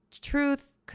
truth